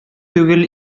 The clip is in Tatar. түгел